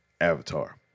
Avatar